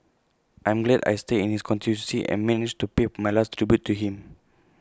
I'm glad I stay in his constituency and managed to pay my last tribute to him